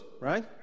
right